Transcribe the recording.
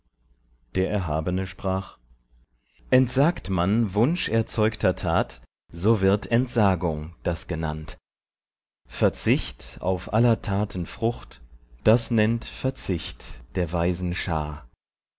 der erhabene sprach entsagt man wunscherzeugter tat so wird entsagung das genannt verzicht auf aller taten frucht das nennt verzicht der weisen schar